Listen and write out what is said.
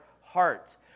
heart